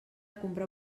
comprar